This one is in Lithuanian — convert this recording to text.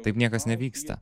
taip niekas nevyksta